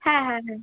হ্যাঁ হ্যাঁ হ্যাঁ